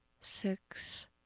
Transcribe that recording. six